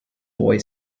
boy